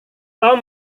tom